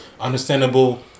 understandable